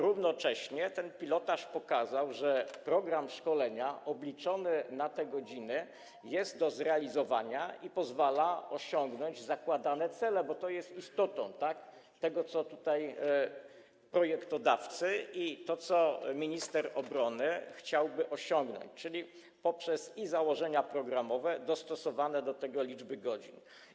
Równocześnie ten pilotaż pokazał, że program szkolenia obliczony na te godziny jest do zrealizowania i pozwala osiągnąć zakładane cele, bo to jest istotą tego, co projektodawcy i minister obrony chcieliby osiągnąć, poprzez założenia programowe dostosowane do tego liczby godzin.